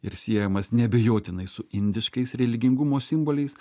ir siejamas neabejotinai su indiškais religingumo simboliais